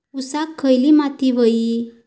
ऊसाक खयली माती व्हयी?